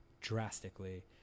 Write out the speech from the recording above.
drastically